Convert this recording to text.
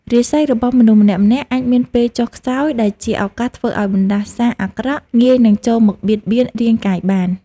រាសីរបស់មនុស្សម្នាក់ៗអាចមានពេលចុះខ្សោយដែលជាឱកាសធ្វើឱ្យបណ្តាសាអាក្រក់ងាយនឹងចូលមកបៀតបៀនរាងកាយបាន។